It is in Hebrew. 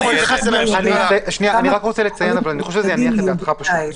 אף אחד לא יודע כמה חולים ומבודדים יהיו באותה עת.